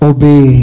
Obey